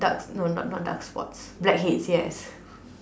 dark no no not dark spots blackheads yes